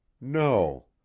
No